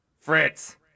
Fritz